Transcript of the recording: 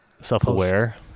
self-aware